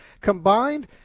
combined